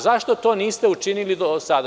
Zašto to niste učinili do sada?